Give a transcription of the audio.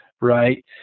right